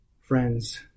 Friends